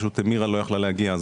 פשוט מירה סלומון לא יכלה להגיע היום,